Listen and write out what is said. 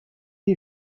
you